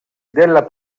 della